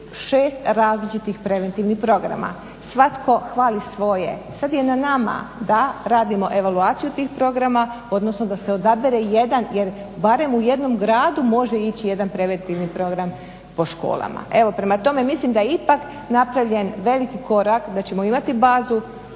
i 6 različitih preventivnih programa, svatko hvali svoje, Sad je na nama da radimo evaluaciju tih programa, odnosno da se odabere jedan jer barem u jednom gradu može ići jedan preventivni program po školama. Evo prema tome mislim da je ipak napravljen veliki korak, da ćemo imati bazu